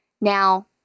Now